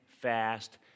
fast